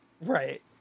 Right